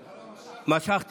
משכנו.